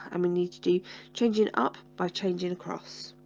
and we need to do changing up by changing across